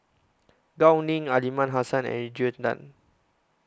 Gao Ning Aliman Hassan and Adrian Tan